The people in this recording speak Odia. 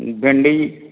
ଭେଣ୍ଡି